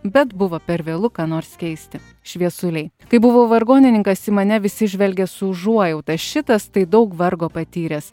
bet buvo per vėlu ką nors keisti šviesuliai kai buvau vargonininkas į mane visi žvelgė su užuojauta šitas tai daug vargo patyręs